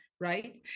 right